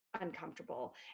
uncomfortable